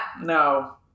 No